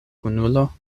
kunulo